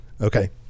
okay